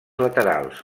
laterals